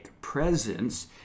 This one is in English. presence